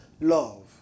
love